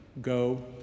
Go